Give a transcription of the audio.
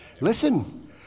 Listen